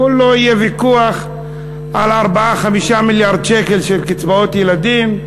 כולה יהיה ויכוח על 4 5 מיליארד שקל של קצבאות ילדים,